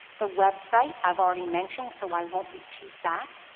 the website i've already mentioned, so i won't repeat that,